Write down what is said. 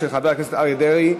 של חבר הכנסת אריה דרעי,